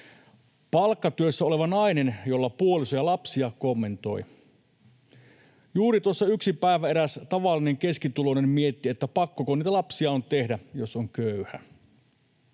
Palkkatyössä oleva nainen, jolla puoliso ja lapsia, kommentoi: ”Juuri tuossa yksi päivä eräs tavallinen keskituloinen mietti, että pakkoko niitä lapsia on tehdä, jos on köyhä.”